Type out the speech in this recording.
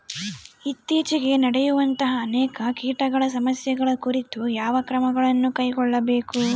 ಇತ್ತೇಚಿಗೆ ನಡೆಯುವಂತಹ ಅನೇಕ ಕೇಟಗಳ ಸಮಸ್ಯೆಗಳ ಕುರಿತು ಯಾವ ಕ್ರಮಗಳನ್ನು ಕೈಗೊಳ್ಳಬೇಕು?